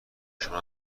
شما